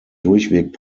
durchweg